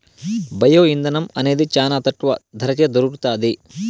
bio ఇంధనం అనేది చానా తక్కువ ధరకే దొరుకుతాది